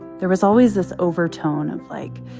there was always this overtone of like,